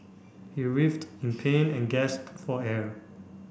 he writhed in pain and gasped for air